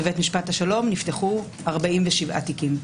בבית משפט השלום נפתחו 47 תיקים.